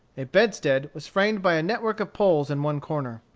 a bedstead was framed by a network of poles in one corner.